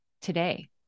today